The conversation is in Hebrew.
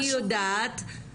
אני חייבת להמשיך את הדיון.